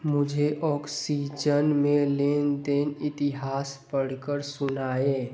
मुझे औक्सीजन में लेन देन इतिहास पढ़कर सुनाएँ